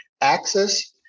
access